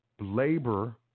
labor